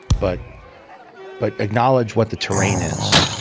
but but acknowledge what the terrain is.